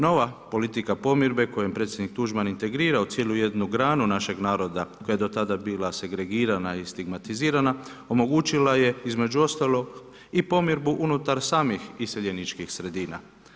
Nova politika pomirbe kojom je predsjednik Tuđman integrirao cijelu jednu granu našeg naroda koja je do tada bila segregirana i stigmatizirana, omogućila je između ostalog i pomirbu unutar samih iseljeničkih sredina.